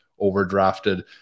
overdrafted